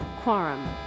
Quorum